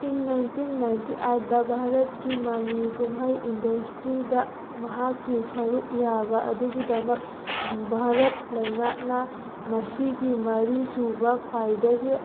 ꯏꯪ nineteen ninety ꯑꯥꯏꯠꯇ ꯚꯥꯔꯠꯀꯤ ꯃꯃꯤ ꯀꯨꯝꯍꯩ ꯏꯟꯗꯁꯇ꯭ꯔꯤꯗ ꯃꯍꯥꯛꯀꯤ ꯁꯔꯨꯛ ꯌꯥꯕ ꯑꯗꯨꯒꯤꯗꯃꯛ ꯚꯥꯔꯠ ꯂꯩꯉꯥꯛꯅ ꯃꯁꯤꯒꯤ ꯃꯔꯤ ꯁꯨꯕ ꯈ꯭ꯋꯥꯏꯗꯒꯤ